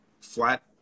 flat